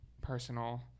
personal